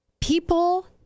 people